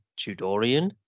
Tudorian